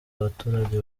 abaturage